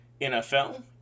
NFL